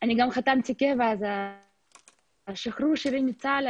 איפה את חושבת נמצאת הנקודה ששם אנחנו צריכים לפעול?